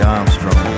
Armstrong